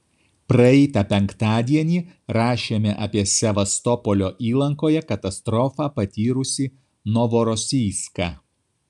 praeitą penktadienį rašėme apie sevastopolio įlankoje katastrofą patyrusį novorosijską